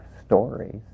stories